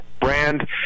brand